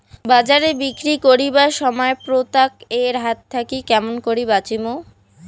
বাজারে বিক্রি করিবার সময় প্রতারক এর হাত থাকি কেমন করি বাঁচিমু?